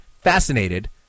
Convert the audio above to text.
fascinated